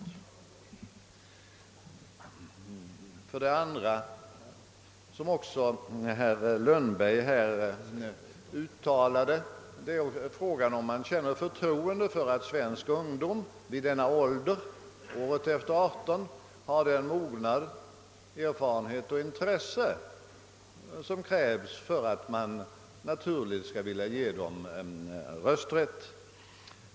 Frågan gäller också, vilket herr Lundberg var inne på, om svensk ungdom vid denna ålder, d. v. s. året efter 18, har den mognad, erfarenhet och det intresse som helt naturligt krävs för att man skall vilja ge den rösträtt. Herr talman!